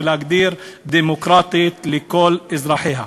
ולהגדיר "דמוקרטית לכל אזרחיה",